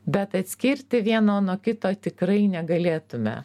bet atskirti vieno nuo kito tikrai negalėtume